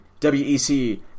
wec